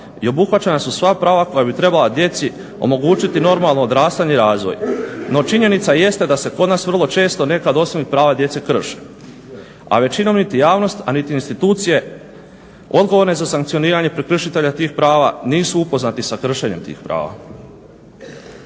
i obuhvaćena su sva prava koja bi trebala djeci omogućiti normalno odrastanje i razvoj, no činjenica jeste da se kod nas vrlo često nekad osobna prava djece krše, a većinom niti javnost, a niti institucije odgovorne za sankcioniranje prekršitelja tih prava nisu upoznati sa kršenjem tih prava.